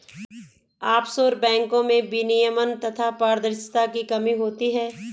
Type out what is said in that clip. offshore बैंको में विनियमन तथा पारदर्शिता की कमी होती है